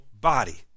body